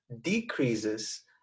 Decreases